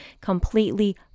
completely